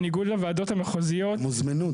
בניגוד לוועדות המחוזיות --- הם הוזמנו,